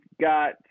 got